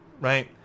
right